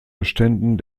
beständen